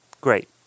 Great